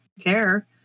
care